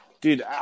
Dude